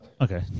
Okay